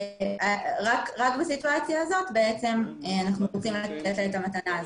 רק בסיטואציה הזאת אנחנו רוצים לתת לה את המתנה הזאת.